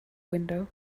window